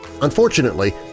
Unfortunately